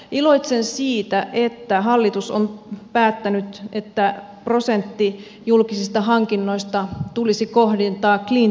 iloitsen siitä että hallitus on päättänyt että prosentti julkisista hankinnoista tulisi kohdentaa cleantechiin